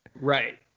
Right